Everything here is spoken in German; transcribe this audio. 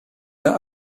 der